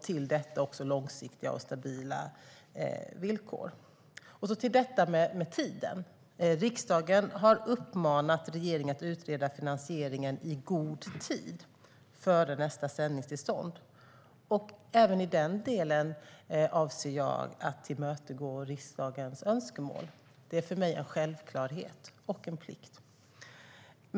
Till detta kommer långsiktiga och stabila villkor. Så till detta med tiden: Riksdagen har uppmanat regeringen att utreda finansieringen "i god tid" före nästa sändningstillstånd. Även i den delen avser jag att tillmötesgå riksdagens önskemål - det är för mig en självklarhet och en plikt.